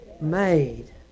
made